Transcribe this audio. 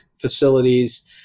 facilities